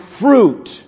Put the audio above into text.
fruit